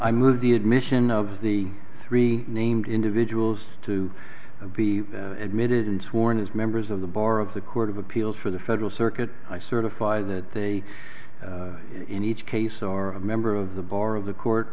i move the admission of the three named individuals to be admitted in sworn as members of the bar of the court of appeals for the federal circuit i certify that they in each case are a member of the bar of the court